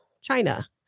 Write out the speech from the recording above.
china